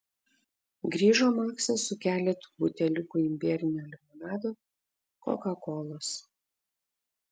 grįžo maksas su keletu buteliukų imbierinio limonado kokakolos